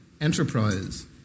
enterprise